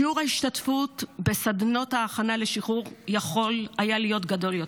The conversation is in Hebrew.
שיעור ההשתתפות בסדנות ההכנה לשחרור יכול היה להיות גדול יותר,